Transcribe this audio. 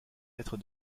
être